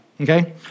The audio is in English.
Okay